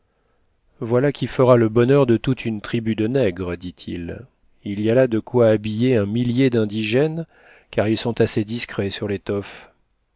voilà qui fera le bonheur de toute une tribu de nègres dit-il il y a là de quoi habiller un millier d'indigènes car ils sont assez discrets sur l'étoffe